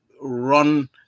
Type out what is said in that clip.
run